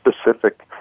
specific